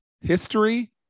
history